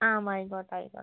ആ ആയിക്കോട്ടെ ആയിക്കോട്ടെ